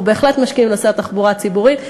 אנחנו בהחלט משקיעים בנושא התחבורה הציבורית.